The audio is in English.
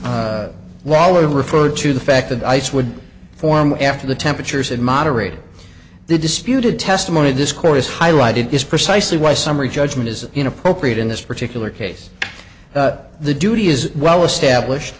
waller referred to the fact that ice would form after the temperatures had moderated the disputed testimony discourse highlighted is precisely why summary judgment is inappropriate in this particular case the duty is well established